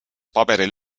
paberil